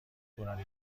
طولانی